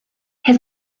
his